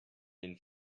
den